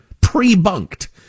pre-bunked